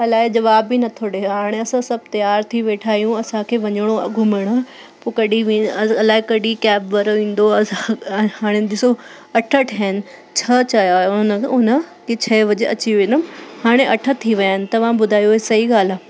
अलाए जवाबू ई नथो ॾिए हाणे असां सभु तयार थी वेठा आहियूं असांखे वञिणो घुमणु पोइ कडहिं बि अलाए कॾहिं कैब वारो ईंदो असां हाणे ॾिसो अठ थिया आहिनि छह चया हुया उन उन कि छह वजे अची वेंदमि हाणे अठ थी विया आहिनि तव्हां ॿुधायो ईअं सही ॻाल्हि आहे